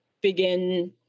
begin